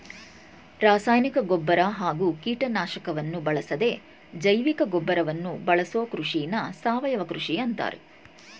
ರಾಸಾಯನಿಕ ಗೊಬ್ಬರ ಹಾಗೂ ಕೀಟನಾಶಕವನ್ನು ಬಳಸದೇ ಜೈವಿಕಗೊಬ್ಬರವನ್ನು ಬಳಸೋ ಕೃಷಿನ ಸಾವಯವ ಕೃಷಿ ಅಂತಾರೆ